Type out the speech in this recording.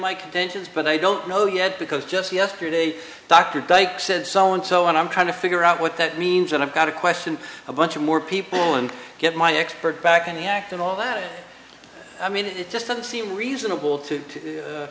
contentions but i don't know yet because just yesterday dr dyke said so and so i'm trying to figure out what that means and i've got a question a bunch of more people and get my expert back on the act and all that i mean it just doesn't seem reasonable to